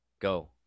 Go